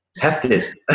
hefted